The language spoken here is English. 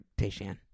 Tayshan